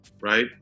right